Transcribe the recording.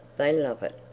they love it.